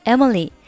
Emily 。